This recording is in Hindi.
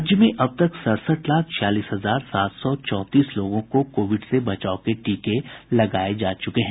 राज्य में अब तक सड़सठ लाख छियालीस हजार सात सौ चौंतीस लोगों को कोविड से बचाव के टीके लगाये जा चुके हैं